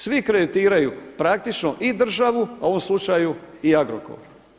Svi kreditiraju, praktično i državu a u ovom slučaju i Agrokor.